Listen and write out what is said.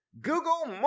Google